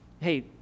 hey